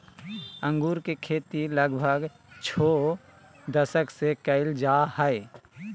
अंगूर के खेती लगभग छो दशक से कइल जा हइ